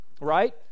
right